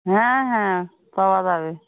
হ্যাঁ হ্যাঁ পাওয়া যাবে